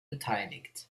beteiligt